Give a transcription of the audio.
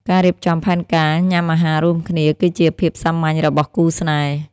ការរៀបចំផែនការញ៉ាំអាហាររួមគ្នាគឺជាភាពសាមញ្ញរបស់គូរស្នេហ៍។